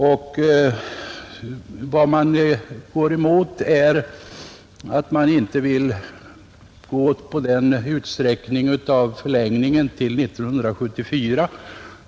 Däremot vill reservanterna inte vara med om att den kreditpolitiska beredskapslagstiftningen erhåller fortsatt giltighet till 1974.